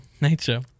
nature